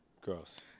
Gross